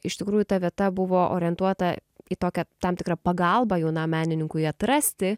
iš tikrųjų ta vieta buvo orientuota į tokią tam tikrą pagalbą jaunam menininkui atrasti